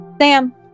Sam